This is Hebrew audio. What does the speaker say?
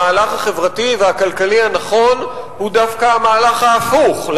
המהלך החברתי והכלכלי הנכון הוא דווקא המהלך ההפוך,